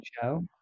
show